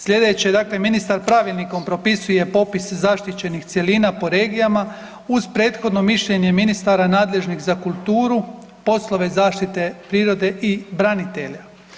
Sljedeće je dakle, ministar Pravilnikom propisuje popis zaštićenih cjelina po regijama uz prethodno mišljenje ministara nadležnih za kulturu, poslove zaštite prirode i branitelja.